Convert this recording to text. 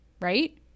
right